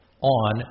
on